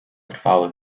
trwały